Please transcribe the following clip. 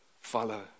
follow